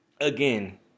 again